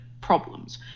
problems